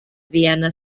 vienna